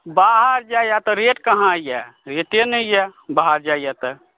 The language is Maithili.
बाहर जाइए एतय रेट कहाँ यए रेटे नहि यए बाहर जाइए तऽ